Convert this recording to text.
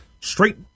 straight